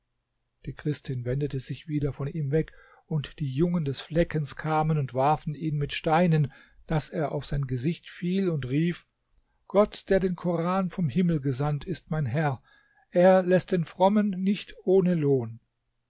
die christin wendete sich wieder von ihm weg und die jungen des fleckens kamen und warfen ihn mit steinen daß er auf sein gesicht fiel und rief gott der den koran vom himmel gesandt ist mein herr er läßt den frommen nicht ohne lohn